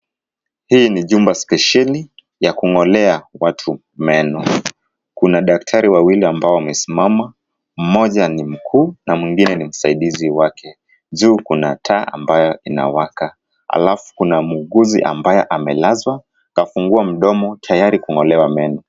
Hii ni jumba spesheli ya kung'olea watu meno kuna daktari wawili ambao wamesimama mmoja ni mkuu na mwingine ni msaidizi wake juu kuna taa ambayo inawaka alafu kuna muuguzi ambaye amelala akafungua mdomo tayari kung'olewa meno